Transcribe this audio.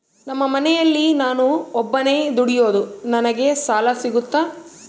ನಮ್ಮ ಮನೆಯಲ್ಲಿ ನಾನು ಒಬ್ಬನೇ ದುಡಿಯೋದು ನನಗೆ ಸಾಲ ಸಿಗುತ್ತಾ?